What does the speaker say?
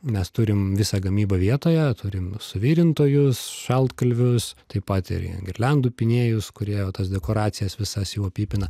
mes turim visą gamybą vietoje turim suvirintojus šaltkalvius taip pat pat ir girliandų pynėjus kurie jau tas dekoracijas visas jau apipina